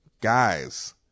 guys